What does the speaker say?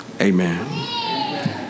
Amen